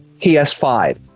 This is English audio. PS5